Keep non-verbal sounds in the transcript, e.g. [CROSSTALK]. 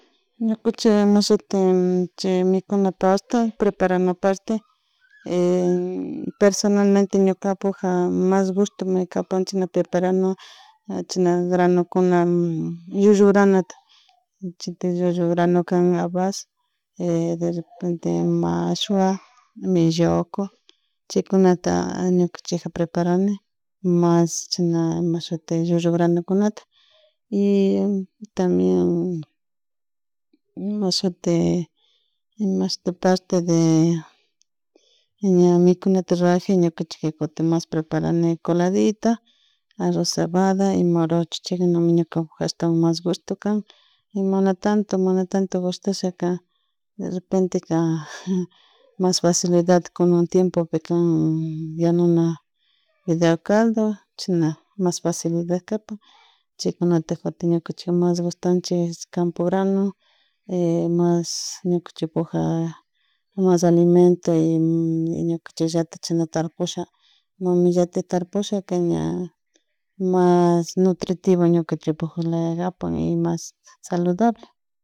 Ñukunchik chay ima shuti [HESITATION] chay mikunaparte preparaparte [HESITATION] personalmente ñukapaka mas gustomi kapan shinal preparana achana granokuna [HESITATION] llullu granota chata llullo granota kan habas, [HESITATION] derrepente mashawa melloco, chaykunata ñukunchika preparane mas imashitik llullo granukunata [HESITATION] tambien [HESITATION] ima shiti imashti parte de ña mikunata rakpi ñukanchik kutin mas preparene coladita arroz cebada y morocho chaykunami ñukapak mas fuerte can y mana tanto mana tanto gushtashaka derrepenteka mas facilidad kunan tiempopi kan ñanuna fideo caldo chashna mas facilidad kapak chaykunakunata kutin ñukunchik mas gustanchik campo grano [HESITATION] mas ñukanchikpuka [HESITATION] mas alimento y ñukatallatak tarpusha mamillatik tarpushaña mas nutritivo ñukanchipuk lalagapan y mas saludable